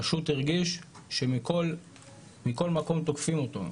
הוא פשוט הרגיש שמכל מקום תוקפים אותו,